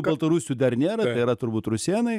baltarusių dar nėra tai yra turbūt rusėnai